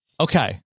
okay